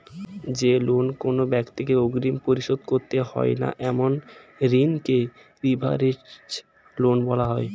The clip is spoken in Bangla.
যে লোন কোনো ব্যাক্তিকে অগ্রিম পরিশোধ করতে হয় না এমন ঋণকে লিভারেজড লোন বলা হয়